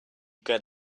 get